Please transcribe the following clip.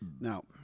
now